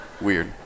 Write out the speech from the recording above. Weird